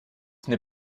n’est